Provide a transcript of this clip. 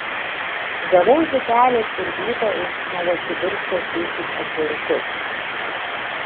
gavau zitelės ir vyto iš novosibirsko siųstus atvirukus